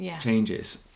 changes